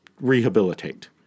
rehabilitate